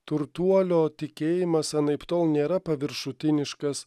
turtuolio tikėjimas anaiptol nėra paviršutiniškas